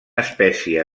espècie